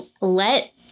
Let